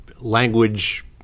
language